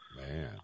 man